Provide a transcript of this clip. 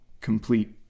complete